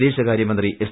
വിദേശകാര്യ മന്ത്രി എസ്